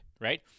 right